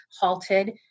halted